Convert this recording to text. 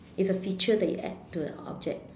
it's a feature that you add to an object